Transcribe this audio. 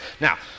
Now